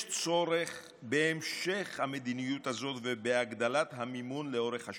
יש צורך בהמשך המדיניות הזאת ובהגדלת המימון לאורך השנים.